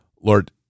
Lord